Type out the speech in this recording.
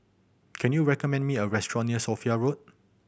can you recommend me a restaurant near Sophia Road